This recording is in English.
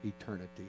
eternity